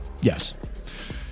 Yes